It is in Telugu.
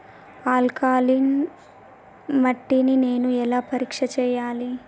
ఆల్కలీన్ మట్టి ని నేను ఎలా పరీక్ష చేయాలి?